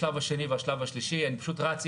השלב השני והשלב השלישי אני פשוט רץ,